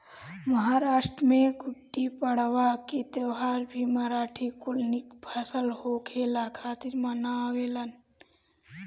महाराष्ट्र में गुड़ीपड़वा के त्यौहार भी मराठी कुल निक फसल होखला खातिर मनावेलन